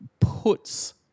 puts